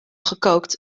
gekookt